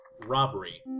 robbery